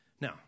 Now